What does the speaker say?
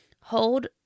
Hold